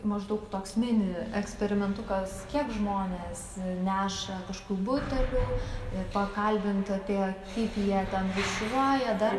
maždaug toks mini eksperimentukas kiek žmonės neša kažkokių butelių ir pakalbint apie kaip jie ten rūšiuoja